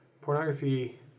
pornography